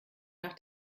nach